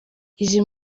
izi